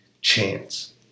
chance